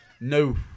No